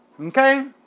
Okay